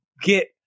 get